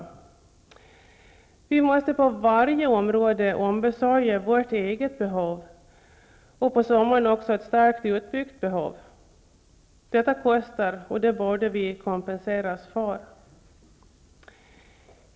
Vi måste på varje område ombesörja vårt eget behov -- och på sommaren också ett starkt utbyggt behov. Detta kostar, och det borde vi kompenseras för.